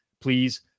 please